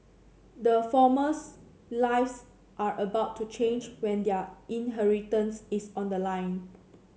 the former's lives are about to change when their inheritance is on the line